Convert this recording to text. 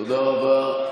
תודה רבה.